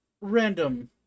random